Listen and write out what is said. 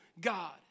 God